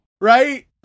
right